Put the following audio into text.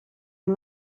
amb